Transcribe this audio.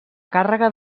càrrega